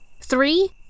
Three